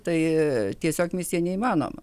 tai tiesiog misija neįmanoma